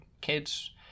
kids